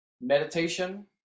meditation